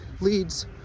leads